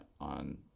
on